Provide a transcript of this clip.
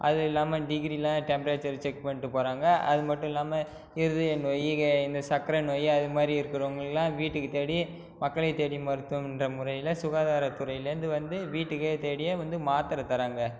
அதுவும் இல்லாமல் டிகிரியெலாம் டெம்ப்ரேச்சர் செக் பண்ணிகிட்டு போகிறாங்க அது மட்டும் இல்லாமல் இருதய நோய் இக இந்த சக்கரை நோய் அது மாதிரி இருக்கிறவங்களுக்கெல்லாம் வீட்டுக்கு தேடி மக்களை தேடி மருத்துவன்ற முறையில் சுகாதார துறையிலேருந்து வந்து வீட்டுக்கே தேடியே வந்து மாத்திர தராங்க